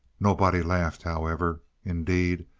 nobody laughed, however. indeed,